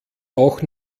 auch